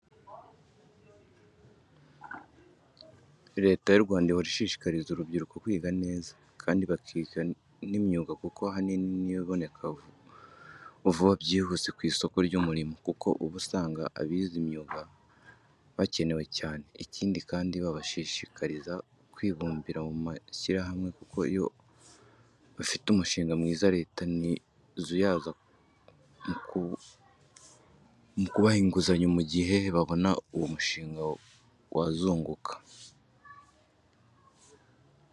Leta y'u Rwanda ihora ishishikariza urubyiruko kwiga neza, kandi bakiga n'imyuga kuko ahanini niyo iboneka vuba byihuse ku isoko ry'umurimo, kuko uba usanga abize imyuga bakenewe cyane. Ikindi kandi babashishikariza kwibumbira mu mashyirahamwe kuko iyo bafite umushinga mwiza Leta ntizuyaza mukubaha inguzanyo mu gihe babona ko uwo mushinga wazunguka.